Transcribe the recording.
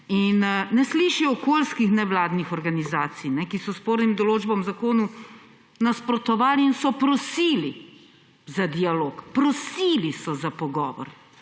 In ne sliši se okoljskih nevladnih organizacij, ki so spornim določbam v zakonu nasprotovale in so prosile za dialog, prosile so za pogovor.